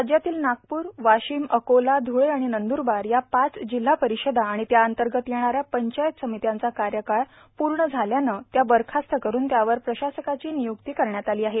राज्यातील नागपूर वाशिम अकोला धुळे आणि नंद्ररबार या पाच जिल्हा परिशदा आणि त्याअंतर्गत येणाऱ्या पंचायत समित्यांचा कार्यकाळ पूर्ण झाल्यानं त्या बरखास्त करून त्यावर प्रशासकाची नियुक्ती करण्यात आली आहे